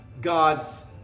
God's